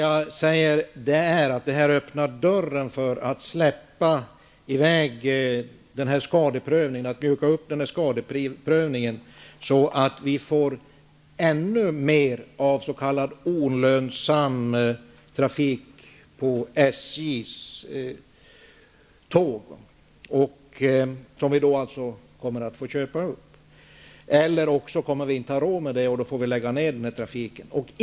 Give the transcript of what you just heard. Jag säger att detta öppnar dörren för att skadeprövningen mjukas upp, så att det blir ännu mer s.k. olönsam trafik på SJ:s tåg som vi sedan får köpa upp. Eller också kommer vi inte att ha råd med det, och då får vi lägga ned denna trafik.